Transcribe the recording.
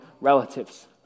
relatives